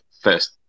first